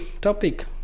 topic